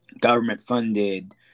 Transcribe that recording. government-funded